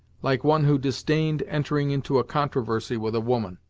like one who disdained entering into a controversy with a woman.